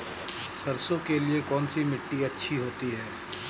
सरसो के लिए कौन सी मिट्टी अच्छी होती है?